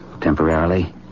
temporarily